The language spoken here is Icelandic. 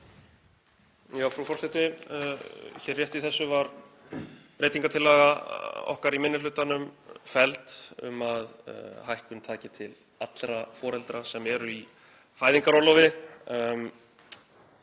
Frú forseti. Hér rétt í þessu var breytingartillaga okkar í minni hlutanum felld um að hækkun taki til allra foreldra sem eru í fæðingarorlofi.